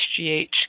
hgh